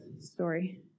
story